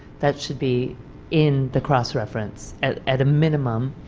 that should be in the cross-reference at at a minimum.